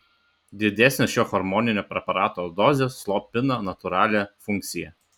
didesnės šio hormoninio preparato dozės slopina natūralią funkciją